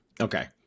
Okay